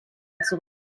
zurück